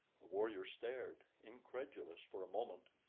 the warrior stared, incredulous, for a moment,